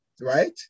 right